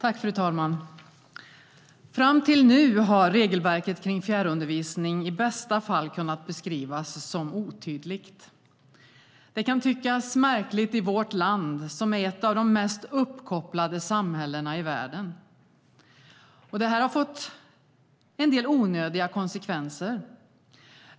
Fru talman! Fram till nu har regelverket kring fjärrundervisning i bästa fall kunnat beskrivas som otydligt. Det kan tyckas märkligt i vårt land, som är ett av de mest uppkopplade samhällena i världen. Det har fått en del onödiga konsekvenser.